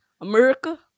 America